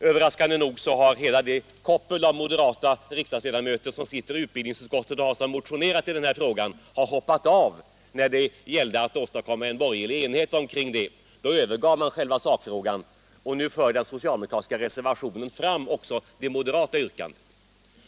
Överraskande nog har hela kopplet av moderata riksdagsledamöter i utbildningsutskottet vilka motionerat i denna fråga hoppat av. När det gällde att åstadkomma en borgerlig enighet övergav man själva sakfrågan. Nu för den socialdemokratiska reservationen fram också det moderata yrkandet.